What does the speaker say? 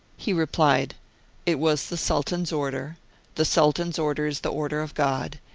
he replied it was the sultan's order the sultan's order is the order of god,